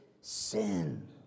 sin